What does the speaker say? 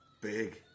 Big